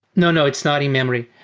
no. no. it's not in-memory.